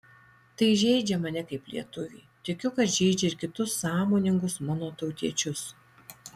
tai žeidžia mane kaip lietuvį tikiu kad žeidžia ir kitus sąmoningus mano tautiečius